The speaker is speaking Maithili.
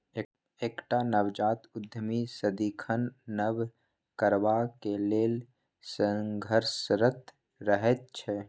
एकटा नवजात उद्यमी सदिखन नब करबाक लेल संघर्षरत रहैत छै